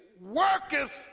Worketh